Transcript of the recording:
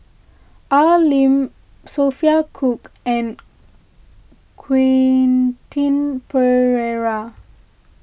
Al Lim Sophia Cooke and Quen Ting Pereira